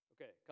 Okay